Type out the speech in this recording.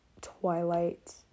Twilight